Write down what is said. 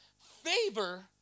Favor